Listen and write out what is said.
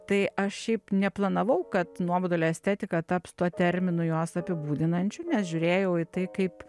tai aš šiaip neplanavau kad nuobodulio estetika taps tuo terminu juos apibūdinančiu nes žiūrėjau į tai kaip